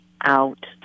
out